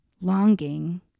longing